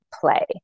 play